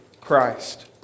Christ